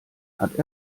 hat